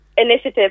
initiative